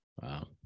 Wow